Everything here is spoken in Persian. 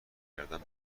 کردن